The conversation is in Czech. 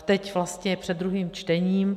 Teď vlastně je před druhým čtením.